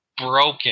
broken